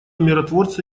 миротворцы